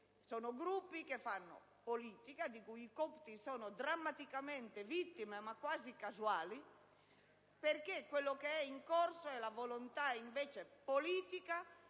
sono gruppi che fanno politica, di cui i copti sono drammaticamente vittime, ma quasi casuali, perché quello che si registra è invece la volontà politica